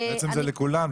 בעצם זה לכולם,